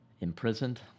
imprisoned